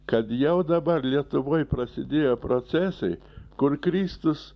kad jau dabar lietuvoj prasidėjo procesai kur kristus